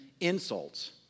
insults